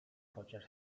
chociaż